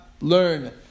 learn